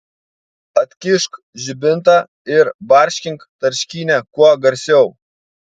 atkišk žibintą ir barškink tarškynę kuo garsiau